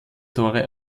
tore